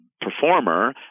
performer